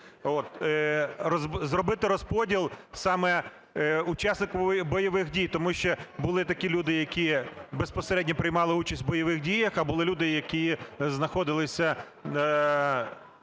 зробити розподіл саме учасників бойових дій, тому що були такі люди, які безпосередньо приймали участь у бойових діях, а були люди, які знаходилися